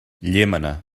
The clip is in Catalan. llémena